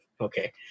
okay